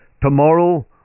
Tomorrow